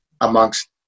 amongst